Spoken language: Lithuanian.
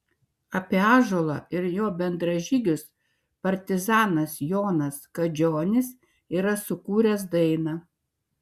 apie ąžuolą ir jo bendražygius partizanas jonas kadžionis yra sukūręs dainą